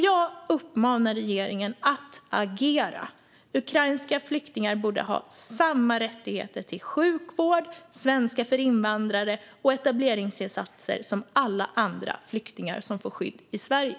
Jag uppmanar regeringen att agera. Ukrainska flyktingar borde ha samma rättigheter till sjukvård, svenska för invandrare och etableringsinsatser som alla andra flyktingar som får skydd i Sverige.